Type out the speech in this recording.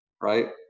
right